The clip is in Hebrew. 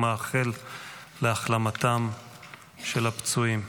ומאחל להחלמתם של הפצועים.